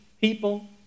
people